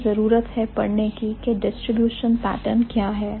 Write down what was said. हमें जरूरत है पढ़ने की के distribution pattern डिस्ट्रीब्यूशन पैटर्न क्या है